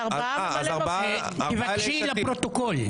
תבקשי לפרוטוקול.